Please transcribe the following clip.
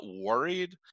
worried